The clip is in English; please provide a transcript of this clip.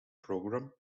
programme